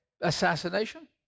Assassination